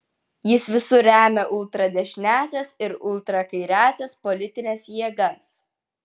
jis visur remia ultradešiniąsias ir ultrakairiąsias politines jėgas